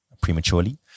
prematurely